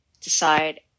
decide